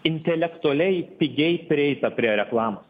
intelektualiai pigiai prieita prie reklamos